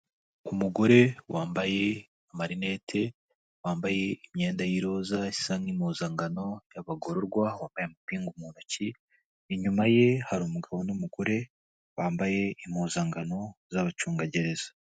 Umugore wambaye amarinete, wambaye imyenda y'iroza isa nk'impuzangano y'abagororwa, wambaye amapingu mu ntoki, inyuma ye hari umugabo n'umugore bambaye impuzangano z'abacungagereza.